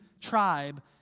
tribe